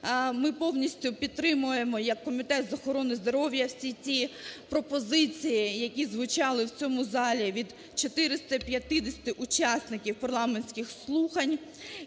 ми повністю підтримуємо, як Комітет з охорони здоров'я, всі ті пропозиції, які звучали в цьому залі від 450 учасників парламентських слухань,